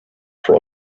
for